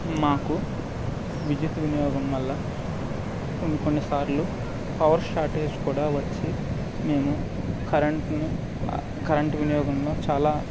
మాకు విద్యుత్ వినియోగం వల్ల కొన్ని కొన్ని సార్లు పవర్ షార్టేజ్ కూడా వచ్చి మేము కరెంట్ను కరెంట్ వినియోగంలో చాలా